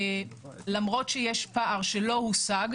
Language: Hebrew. למרות שיש פער שלא הושג,